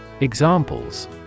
Examples